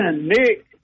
Nick